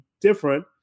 different